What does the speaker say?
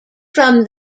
from